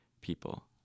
people